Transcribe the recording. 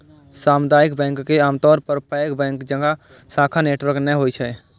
सामुदायिक बैंक के आमतौर पर पैघ बैंक जकां शाखा नेटवर्क नै होइ छै